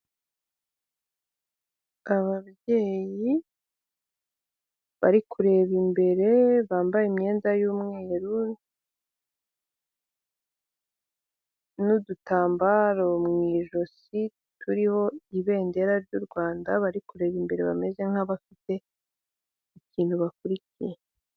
Ababyeyi bari kureba imbere bambaye imyenda y'umweru n'udutambaro mu ijosi turiho ibendera ry'u rwanda bari kureba imbere bameze nk'abafite ikintu bakurikiye.